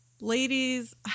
ladies